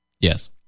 yes